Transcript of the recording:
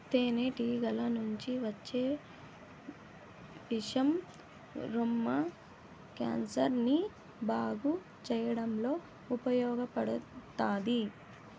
తేనె టీగల నుంచి వచ్చే విషం రొమ్ము క్యాన్సర్ ని బాగు చేయడంలో ఉపయోగపడతాది